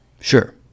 sure